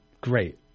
great